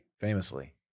famously